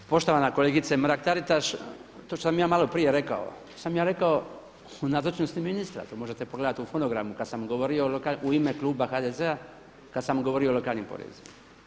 Poštovana kolegice Mrak-Taritaš, to što sam ja malo prije rekao, to sam ja rekao u nazočnosti ministra, to možete pogledati u fonogramu kada sam govorio u ime kluba HDZ-a, kada sam govorio o lokalnim porezima.